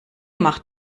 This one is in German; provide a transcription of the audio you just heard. macht